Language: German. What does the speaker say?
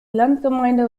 landgemeinde